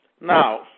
Now